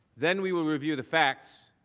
then we will review the facts,